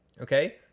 Okay